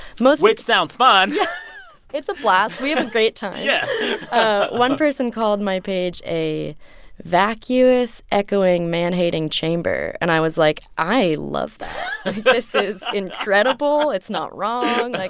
most. which sounds fun yeah it's a blast we have a great time yeah one person called my page a vacuous, echoing, man-hating chamber. and i was like, i love that this is incredible. it's not wrong. like,